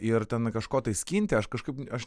ir ten kažko tai skinti aš kažkaip aš